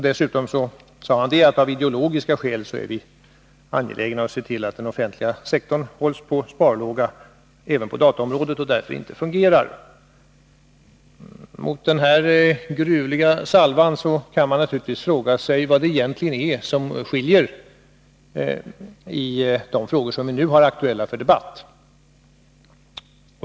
Vidare sade han att vi av ideologiska skäl är angelägna att se till att den offentliga sektorn hålls på sparlåga även på dataområdet och att den därför inte fungerar. Med tanke på denna gruvliga salva kan man naturligtvis fråga sig vad det egentligen är som skiljer i de i debatten aktuella frågorna.